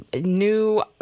new